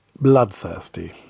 bloodthirsty